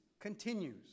continues